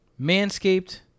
Manscaped